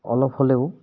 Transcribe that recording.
অলপ হ'লেও